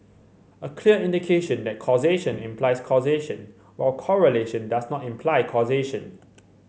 a clear indication that causation implies causation while correlation does not imply causation